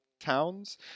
towns